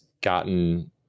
gotten